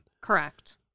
Correct